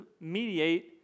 mediate